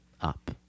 up